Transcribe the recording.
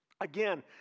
Again